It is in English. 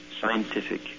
Scientific